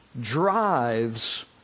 drives